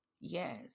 yes